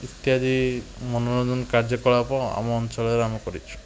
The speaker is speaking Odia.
ଇତ୍ୟାଦି ମନୋରଞ୍ଜନ କାର୍ଯ୍ୟକଳାପ ଆମ ଅଞ୍ଚଳରେ ଆମେ କରିଛୁ